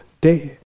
day